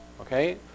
okay